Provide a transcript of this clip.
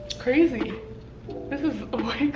crazy this is